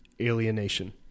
Alienation